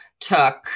took